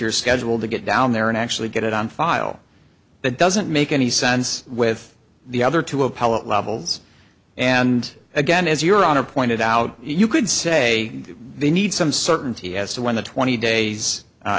your schedule to get down there and actually get it on file that doesn't make any sense with the other two appellate levels and again as your honor pointed out you could say they need some certainty as to when the twenty days a